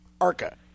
arca